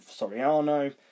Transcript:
Soriano